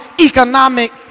economic